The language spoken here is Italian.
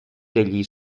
degli